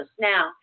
Now